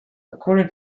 according